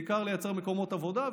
בעיקר לייצר מקומות עבודה,